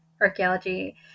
archaeology